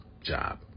job